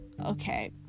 okay